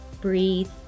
breathe